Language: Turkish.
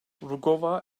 rugova